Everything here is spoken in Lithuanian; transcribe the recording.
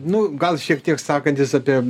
nu gal šiek tiek sakantis apie